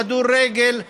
כדורגל,